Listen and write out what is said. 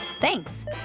Thanks